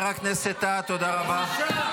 הוא הורשע, בית המשפט הרשיע אותו.